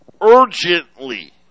urgently